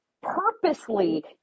purposely